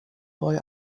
boy